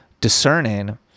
discerning